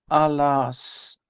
alas!